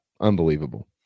Unbelievable